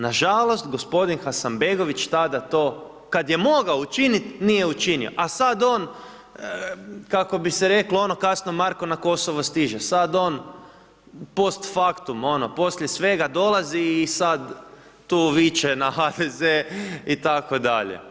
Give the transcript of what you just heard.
Nažalost gospodin Hasanbegović tada to, kad je mogao učinit nije učinio, a sad on kako bi se reklo ono, kasno Marko na Kosovo stiže, sad on post faktum, ono poslije sve dolazi i sad tu viče na HDZ itd.